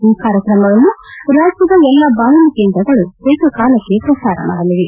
ಈ ಕಾರ್ಯಕ್ರಮವನ್ನು ರಾಜ್ಯದ ಎಲ್ಲಾ ಬಾನುಲಿ ಕೇಂದ್ರಗಳು ಏಕ ಕಾಲಕ್ಕೆ ಪ್ರಸಾರ ಮಾಡಲಿವೆ